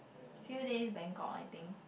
few days Bangkok I think